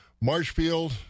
marshfield